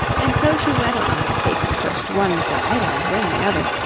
and so she went on, taking first one side and then the other,